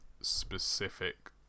specific